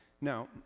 Now